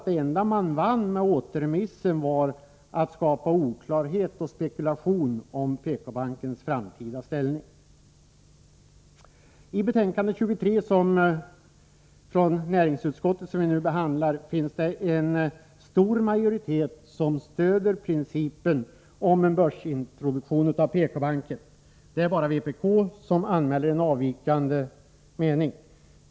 Det enda man uppnådde med återremissen var att man skapade oklarhet och spekulation om PK-bankens framtida ställning. I näringsutskottets betänkande 23, som vi nu behandlar, stöder en bred majoritet principen om en börsintroduktion av PK-banken. Det är bara vpk som anmäler en avvikande mening.